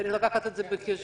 צריך לקחת את זה בחשבון,